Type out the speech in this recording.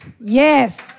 Yes